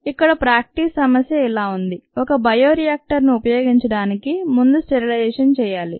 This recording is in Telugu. ఇక్కడ ప్రాక్టీస్ సమస్య ఇలా ఉంది ఒక బయోరియాక్టర్ ను ఉపయోగించడానికి ముందు స్టెరిలైజేషన్ చేయాలి